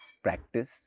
Practice